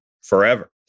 forever